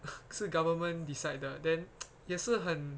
是 government decide 的 then 也是很